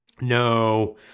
No